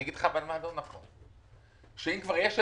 אני אגיד לך מה לא נכון, אם כבר יש עדיפות,